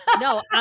no